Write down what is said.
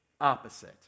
opposite